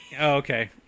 Okay